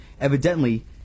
Evidently